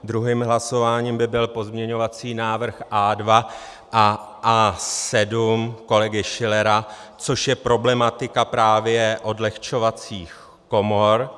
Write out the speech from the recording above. Druhým hlasováním by byl pozměňovací návrh A2 a A7 kolegy Schillera, což je problematika právě odlehčovacích komor.